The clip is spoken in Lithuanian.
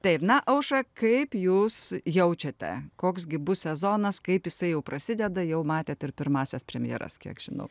taip na aušra kaip jūs jaučiate koks gi bus sezonas kaip jisai jau prasideda jau matėt ir pirmąsias premjeras kiek žinau